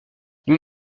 nous